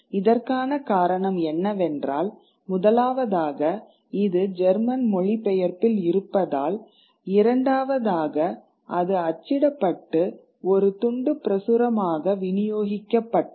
இதற்கான காரணம் என்னவென்றால் முதலாவதாக இது ஜெர்மன் மொழிபெயர்ப்பில் இருப்பதால் இரண்டாவதாக அது அச்சிடப்பட்டு ஒரு துண்டுப்பிரசுரமாக வினியோகிக்கப்பட்டது